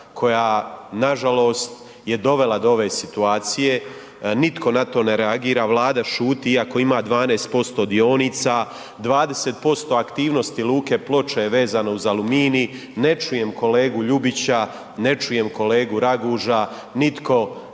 koja nažalost je dovela do ove situacije. Nitko na to ne reagira, Vlada šuti iako ima 12% dionica, 20% aktivnosti luke Ploče je vezano uz Aluminij, ne čujem kolegu Ljubića, ne čujem kolegu Raguža, nitko ne